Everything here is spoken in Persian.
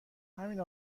ریهمین